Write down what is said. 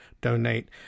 donate